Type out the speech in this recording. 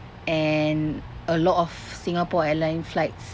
and a lot of singapore airline flights